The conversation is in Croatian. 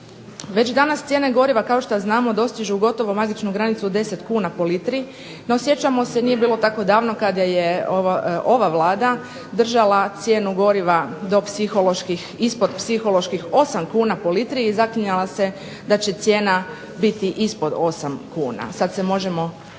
Već danas cijene goriva dostižu gotovo magičnu granicu od 10 kuna po litri, no sjećamo se nije bilo tako davno, kada je ova Vlada držala cijenu goriva ispod psiholoških 8 kuna po litri i zaklinjala se da će cijena biti ispod 8 kuna, sada se možemo